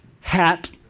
Hat